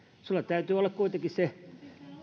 sinulla täytyy kuitenkin olla se